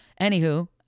Anywho